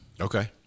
Okay